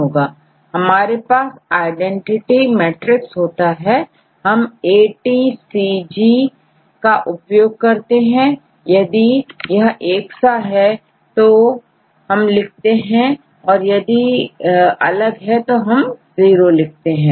हमारे पास identity matrix होता है हमATCG का उपयोग करते हैं यदि यह एक सा है तो हम एक लिखते हैं और यदि अलग है तो हम जीरो लिखते हैं